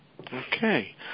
Okay